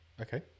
Okay